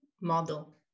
model